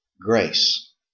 grace